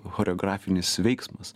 choreografinis veiksmas